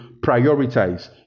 prioritize